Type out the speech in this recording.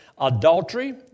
adultery